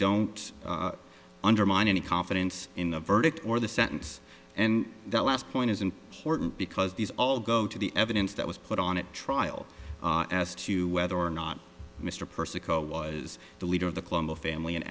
don't undermine any confidence in the verdict or the sentence and that last point is important because these all go to the evidence that was put on at trial as to whether or not mr percy was the leader of the colombo family